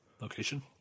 location